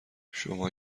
شما